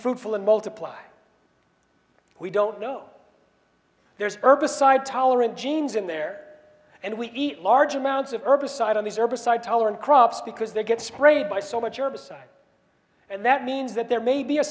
fruitful and multiply we don't know there's herbicide tolerant genes in there and we eat large amounts of herbicide on these herbicide tolerant crops because they get sprayed by so much herbicide and that means that there may be a